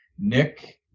Nick